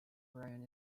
orion